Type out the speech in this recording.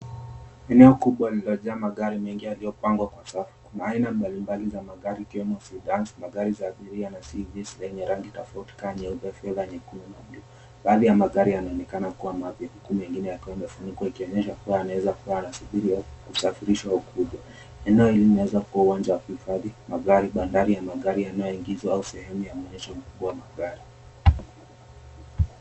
Eneo kubwa iliyojaa magari mengi yaliyopangwa kwa safu. Kuna aina mbalimbali za magari ikiwemo za kinafsi magari za abiria na zenye rangi tofauti kama nyeupe fedha nyekundu. Baadhi ya magari yanaonekana kuwa mapya huku mengine yakiwa yamefunikwa ikionyesha kuwa unaweza kuwa yanasubiri kusafirishwa au kuuzwa. Eneo hili linaweza kuwa uwanja wa kuhifadhi magari bandari ya magari yanayoingishwa sehemu ya maonyesho makubwa ya magari.